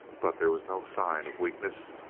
but there was no sign of weakness.